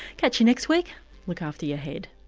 catch you next week look after your head